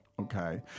Okay